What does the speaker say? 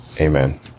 Amen